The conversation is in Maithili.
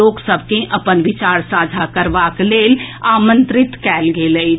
लोक सभ के अपन विचार साझा करबाक लेल आमंत्रित कयल गेल अछि